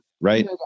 right